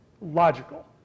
logical